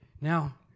Now